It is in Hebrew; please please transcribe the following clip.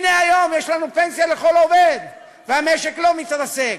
הנה היום יש לנו פנסיה לכל עובד והמשק לא מתרסק.